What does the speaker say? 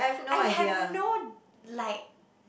I have no like